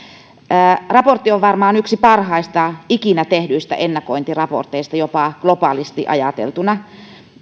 raportti on varmaan yksi parhaista ikinä tehdyistä ennakointiraporteista jopa globaalisti ajateltuna